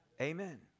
Amen